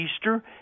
Easter